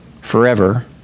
forever